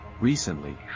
recently